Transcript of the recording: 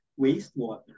wastewater